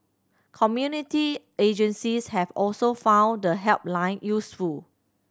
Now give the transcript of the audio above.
community agencies have also found the helpline useful